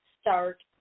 start